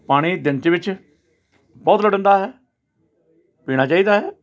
ਪਾਣੀ ਦਿਨ ਦੇ ਵਿੱਚ ਬਹੁਤ ਲੋੜੀਂਦਾ ਹੈ ਪੀਣਾ ਚਾਹੀਦਾ ਹੈ